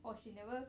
or she never